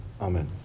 Amen